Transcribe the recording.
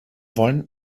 wollen